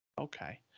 Okay